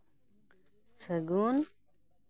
ᱥᱟᱹᱜᱩᱱ